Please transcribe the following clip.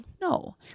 No